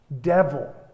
Devil